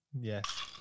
Yes